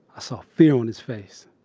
ah saw fear on his face.